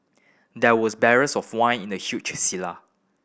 there was barrels of wine in the huge cellar